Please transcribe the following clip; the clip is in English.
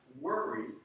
worry